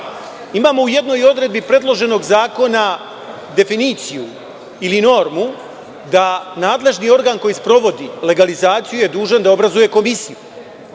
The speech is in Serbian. u jednoj odredbi predloženog zakona definiciju ili normu da nadležni organ koji sprovodi legalizaciju je dužan da obrazuje komisiju.